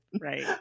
right